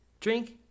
drink